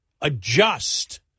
adjust